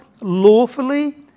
lawfully